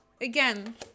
Again